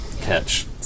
Catch